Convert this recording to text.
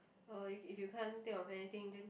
uh if if you can't think of anything then